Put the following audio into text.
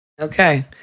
Okay